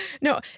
No